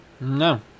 No